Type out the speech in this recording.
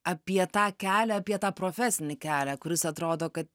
apie tą kelią apie tą profesinį kelią kuris atrodo kad